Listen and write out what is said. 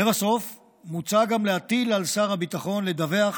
לבסוף, מוצע גם להטיל על שר הביטחון לדווח